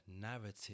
narrative